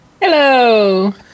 Hello